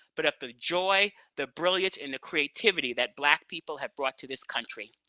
but of the joy, the brilliance and the creativity that black people have brought to this country.